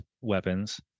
weapons